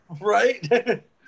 Right